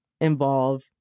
involve